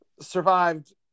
survived